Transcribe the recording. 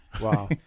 Wow